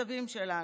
הסבים שלנו,